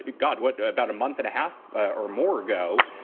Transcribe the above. ah godwit about a month and a half or more ago,